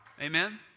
Amen